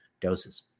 doses